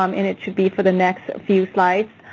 um and it should be for the next few slides.